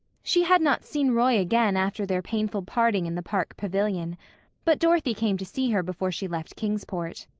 she had not seen roy again after their painful parting in the park pavilion but dorothy came to see her before she left kingsport.